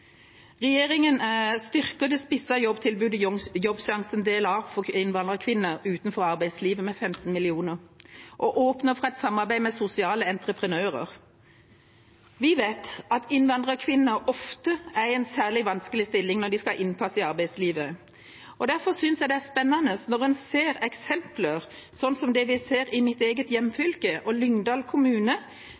styrker det spissede jobbtilbudet Jobbsjansen del A, for innvandrerkvinner utenfor arbeidslivet, med 15 mill. kr og åpner for et samarbeid med sosiale entreprenører. Vi vet at innvandrerkvinner ofte er i en særlig vanskelig stilling når de skal ha innpass i arbeidslivet. Derfor synes jeg det er spennende når en ser eksempler som det vi ser i mitt eget hjemfylke og Lyngdal kommune,